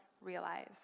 realize